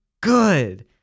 good